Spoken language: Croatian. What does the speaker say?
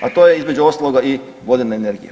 A to je između ostaloga i vodena energija.